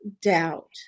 doubt